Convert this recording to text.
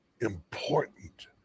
important